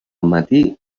matí